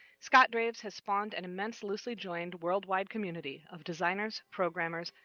scott draves has spawned an immense, loosely-joined world-wide community of designers, programmers,